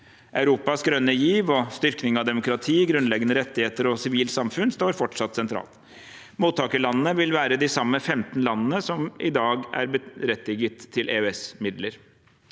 Europas grønne giv og styrking av demokrati, grunnleggende rettigheter og sivilt samfunn står fortsatt sentralt. Mottakerlandene vil være de samme 15 landene som i dag er berettiget til EØS-midler.